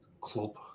Club